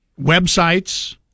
websites